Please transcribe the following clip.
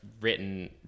written